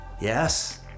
yes